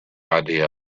idea